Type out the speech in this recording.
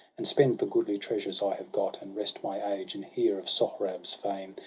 and spend the goodly treasures i have got, and rest my age, and hear of sohrab's fame.